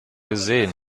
gesehen